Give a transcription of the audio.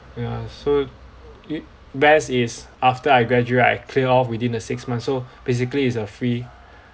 yeah so you best is after I graduate I clear off within the six months so basically it's a free